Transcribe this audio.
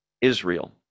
Israel